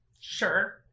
Sure